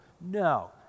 no